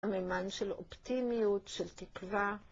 סממן של אופטימיות, של תקווה.